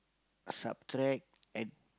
subtract add